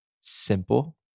simple